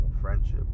friendship